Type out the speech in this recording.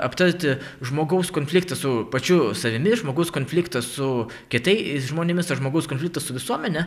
aptarti žmogaus konfliktą su pačiu savimi žmogaus konfliktą su kitais žmonėmis ar žmogaus konfliktų su visuomene